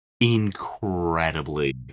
incredibly